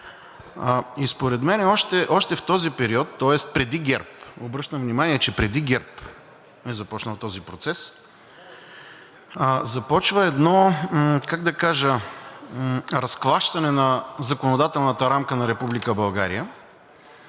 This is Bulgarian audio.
И според мен още в този период, тоест преди ГЕРБ, обръщам внимание, че преди ГЕРБ е започнал този процес, започва едно разклащане на законодателната рамка на